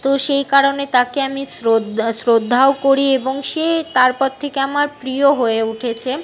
তো সেই কারণে তাকে আমি শ্রদ্ধা শ্রদ্ধাও করি এবং সে তারপর থেকে আমার প্রিয় হয়ে উঠেছে